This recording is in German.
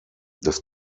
das